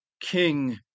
King